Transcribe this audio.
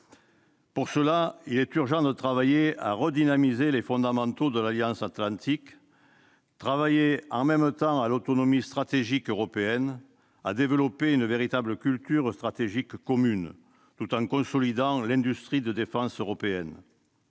Pour cela, il est urgent de travailler à la redynamisation des fondamentaux de l'Alliance atlantique et, simultanément, à l'autonomie stratégique européenne et au développement d'une véritable culture stratégique commune, tout en consolidant l'industrie de défense européenne.